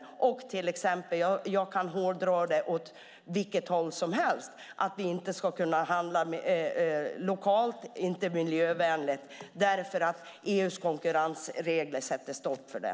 Jag kan hårdra det åt vilket håll som helst, men det rör sig till exempel om att vi inte ska kunna handla lokalt eller miljövänligt därför att EU:s konkurrensregler sätter stopp för det.